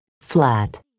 flat